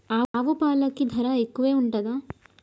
ఆవు పాలకి ధర ఎక్కువే ఉంటదా?